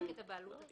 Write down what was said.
רק את הבעלות עצמה.